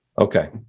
Okay